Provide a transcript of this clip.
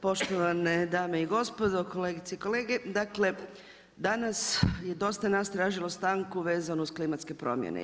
Poštovane dame i gospodo, kolegice i kolege, dakle danas je dosta nas tražilo stanku vezano uz klimatske promjene.